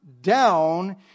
down